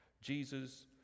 Jesus